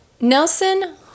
Nelson